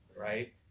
right